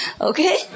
Okay